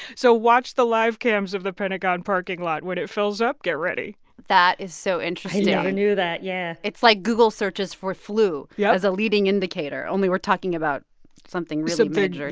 so watch the live cams of the pentagon parking lot. when it fills up, get ready that is so interesting i never knew that, yeah it's like google searches for flu. yeah. as a leading indicator. only we're talking about something really major